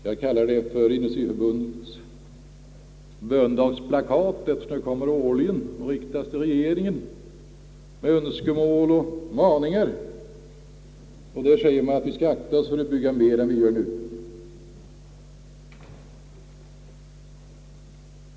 Jag kallar dem för industriförbundets böndagsplakat eftersom de kommer årligen, riktade till regeringen, med önskemål och maningar. Där säger man nu att vi skall akta oss för att bygga mer än vi gör nu.